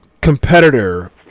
competitor